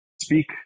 speak